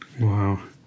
Wow